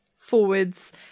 forwards